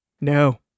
no